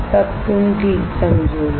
तब तुम ठीक समझोगे